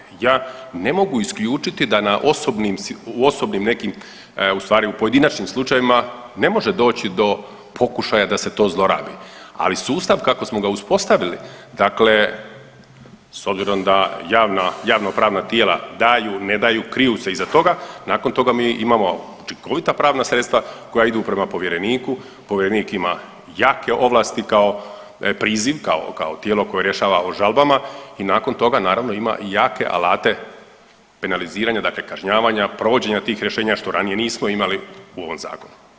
Ja ne mogu isključiti da na osobnim, u osobnim nekim u stvari u pojedinačnim slučajevima ne može doći do pokušaja da se to zlorabi, ali sustav kako smo ga uspostavili dakle s obzirom da javna, javnopravno tijela daju, ne daju, kriju se iza toga, nakon toga mi imamo učinkovita pravna sredstva koja idu prema povjereniku, povjerenik ima jake ovlasti kao priziv, kao tijelo koje rješava o žalbama i nakon toga naravno ima jake alate penalizirana, dakle kažnjavanja, provođenja tih rješenja što ranije nismo imali u ovom zakonu.